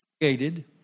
created